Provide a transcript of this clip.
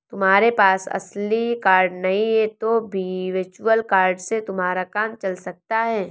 तुम्हारे पास असली कार्ड नहीं है तो भी वर्चुअल कार्ड से तुम्हारा काम चल सकता है